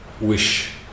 wish